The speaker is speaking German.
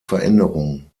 veränderungen